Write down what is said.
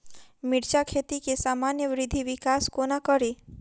मिर्चा खेती केँ सामान्य वृद्धि विकास कोना करि?